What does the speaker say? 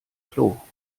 klo